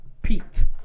Pete